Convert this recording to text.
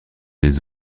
des